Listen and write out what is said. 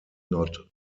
not